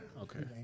Okay